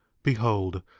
behold,